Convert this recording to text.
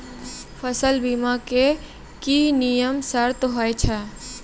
फसल बीमा के की नियम सर्त होय छै?